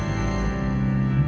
and